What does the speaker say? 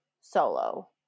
solo